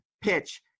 PITCH